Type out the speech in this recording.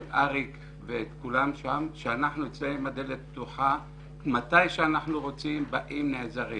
את אריק ואת כולם שם שהדלת אצלם פתוחה מתי שאנחנו רוצים באים ונעזרים.